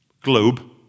globe